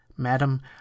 Madam